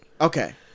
Okay